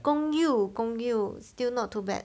gong yoo gong yoo still not too bad